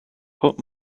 put